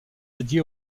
dédié